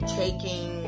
taking